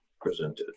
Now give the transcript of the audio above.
presented